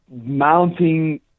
mounting